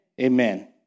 Amen